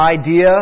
idea